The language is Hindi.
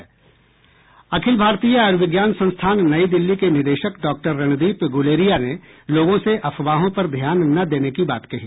अखिल भारतीय आयुर्विज्ञान संस्थान नई दिल्ली के निदेशक डॉक्टर रणदीप गुलेरिया ने लोगों से अफवाहों पर ध्यान न देने की बात कही